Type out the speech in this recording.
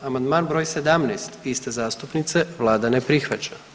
Amandman br. 17 iste zastupnice, Vlada ne prihvaća.